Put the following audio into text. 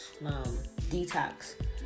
detox